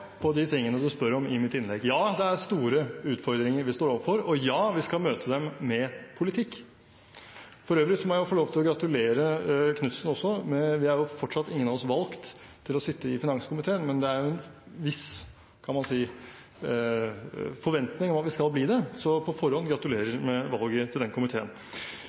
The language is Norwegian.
på de tingene representanten spør om, i mitt innlegg. Ja, det er store utfordringer vi står overfor, og ja, vi skal møte dem med politikk. For øvrig må jeg få lov til å gratulere Knutsen også. Vi er fortsatt ingen av oss valgt til å sitte i finanskomiteen, men det er jo en viss forventning – kan man si – om at vi skal bli det, så på forhånd gratulerer jeg representanten med valget til den komiteen.